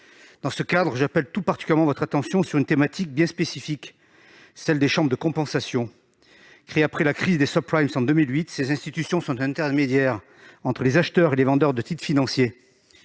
Dans ce cadre, j'appelle tout particulièrement votre attention sur une thématique bien spécifique, celle des chambres de compensation. Créées après la crise des en 2008, ces institutions servent d'intermédiaires entre les acheteurs et les vendeurs de titres financiers.